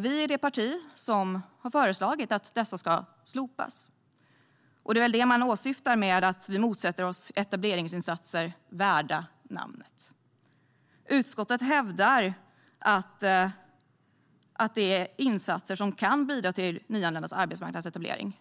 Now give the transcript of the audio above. Vi är det parti som har föreslagit att de ska slopas, och det är väl det som åsyftas med att vi motsätter oss "etableringsinsatser värda namnet". Utskottet hävdar att detta är insatser som kan bidra till nyanländas arbetsmarknadsetablering.